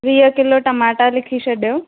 वीह किलो टमाटा लिखी छॾियो